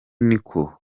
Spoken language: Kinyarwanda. niko